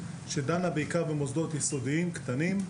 שדנה בעיקר במוסדות יסודיים קטנים,